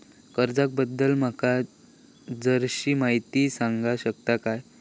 कर्जा बद्दल माका जराशी माहिती सांगा शकता काय?